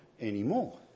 anymore